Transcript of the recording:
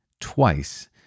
twice